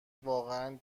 واقعا